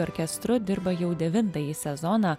orkestru dirba jau devintąjį sezoną